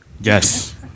yes